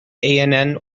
ann